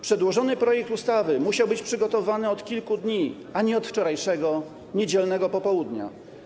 Przedłożony projekt ustawy musiał być przygotowywany od kilku dni, a nie od wczoraj niedzielnego popołudnia.